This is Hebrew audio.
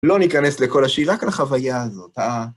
לא ניכנס לכל השאלה, רק לחוויה הזאת.